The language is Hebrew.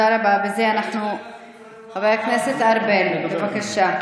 פה סגן השר, חבר הכנסת ארבל, בבקשה.